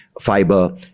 fiber